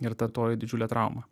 ir ta toji didžiulė trauma